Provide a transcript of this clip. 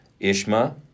ishma